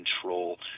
control